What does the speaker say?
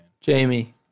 Jamie